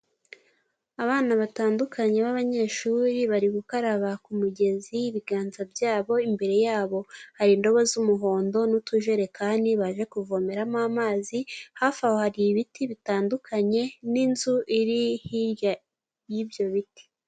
Abana batandukanye b'abanyeshuri, bari gukaraba ku mugezi ibiganza byabo, imbere yabo hari indobo z'umuhondo n'utujerekani baje kuvomeramo amazi, hafi aho hari ibiti bitandukanye n'inzu iri hirya y'ibyo biti.